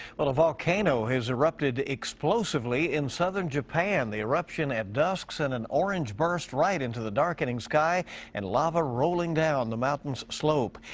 but a volcano has erupted explosively in southern japan. the eruption at dusk sent an orange burst into the darkening sky and lava rolling down the mountain's slope.